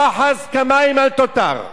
פחז כמים אל תותר.